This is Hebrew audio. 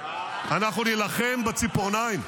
--- אנחנו נילחם בציפורניים,